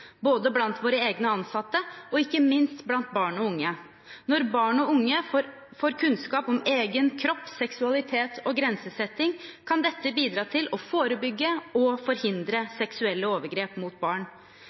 både blant våre egne ansatte og ikke minst blant barn og unge. Når barn og unge får kunnskap om egen kropp, seksualitet og grensesetting, kan dette bidra til å forebygge og